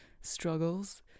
struggles